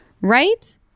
Right